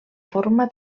forma